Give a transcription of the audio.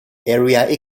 area